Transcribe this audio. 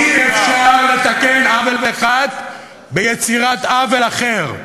אי-אפשר לתקן עוול אחד ביצירת עוול אחר,